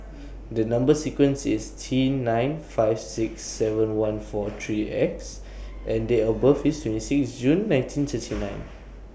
The Number sequence IS T nine five six seven one four three X and Date of birth IS twenty six June nineteen thirty nine